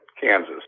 Kansas